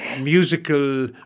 musical